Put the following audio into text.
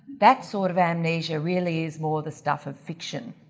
that sort of amnesia really is more the stuff of fiction.